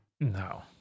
No